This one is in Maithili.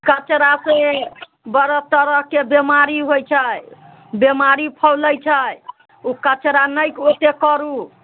कचरा से तरह तरहके बिमारी होइत छै बिमारी फैलैत छै ओ कचरा नहि ओतेक करू